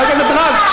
חבר הכנסת רז.